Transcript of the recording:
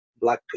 black